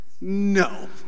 No